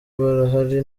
barahari